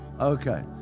Okay